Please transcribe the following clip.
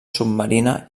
submarina